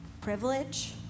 privilege